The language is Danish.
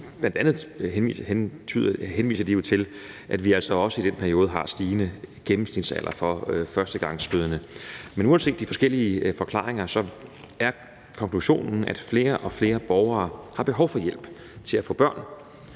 og de henviser bl.a. til, at vi også i den periode har set, at gennemsnitsalderen for førstegangsfødende har været stigende. Men uanset de forskellige forklaringer er konklusionen, at flere og flere borgere har behov for hjælp til at få børn,